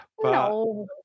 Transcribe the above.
No